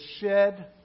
shed